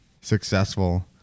successful